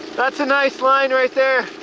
that's a nice line right there.